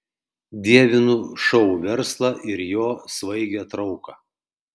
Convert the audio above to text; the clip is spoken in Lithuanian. dievinu šou verslą ir jo svaigią trauką